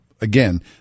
again